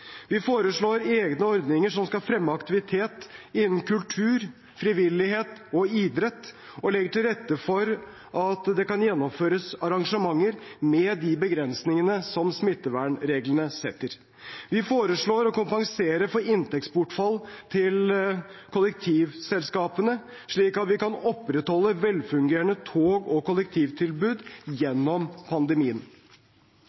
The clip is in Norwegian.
Vi foreslår egne ordninger som skal fremme aktivitet innen kultur, frivillighet og idrett, og legger til rette for at det kan gjennomføres arrangementer med de begrensningene som smittevernreglene setter. Vi foreslår å kompensere for inntektsbortfall til kollektivselskapene, slik at vi kan opprettholde velfungerende tog- og kollektivtilbud